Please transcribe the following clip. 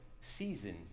season